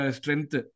strength